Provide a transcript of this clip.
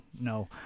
no